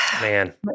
Man